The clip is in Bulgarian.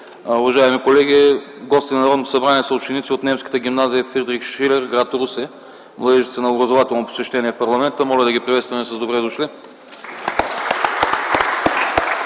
Уважаеми колеги, гости на Народното събрание са ученици от Немската гимназия „Фридрих Шилер” – гр. Русе. Младежите са на образователно посещение в парламента. Моля да ги приветстваме с „Добре дошли!”